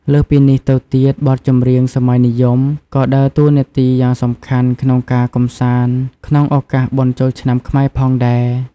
លើសពីនេះទៅទៀត បទចម្រៀងសម័យនិយម ក៏ដើរតួនាទីយ៉ាងសំខាន់ក្នុងការកម្សាន្តក្នុងឱកាសបុណ្យចូលឆ្នាំខ្មែរផងដែរ។